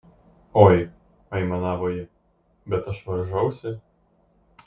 oi aimanavo ji bet aš varžausi